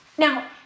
Now